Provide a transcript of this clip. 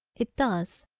it does,